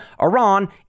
Iran